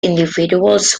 individuals